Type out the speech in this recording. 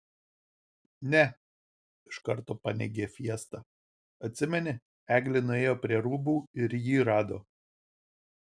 ne iš karto paneigė fiesta atsimeni eglė nuėjo prie rūbų ir jį rado